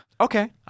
Okay